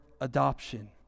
adoption